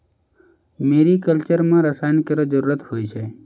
मेरी कल्चर म रसायन केरो जरूरत होय छै